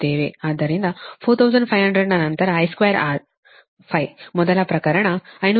ಆದ್ದರಿಂದ 4500 ನಂತರ I2R 5 ಮೊದಲ ಪ್ರಕರಣ 551